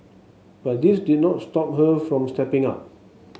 but this did not stop her from stepping up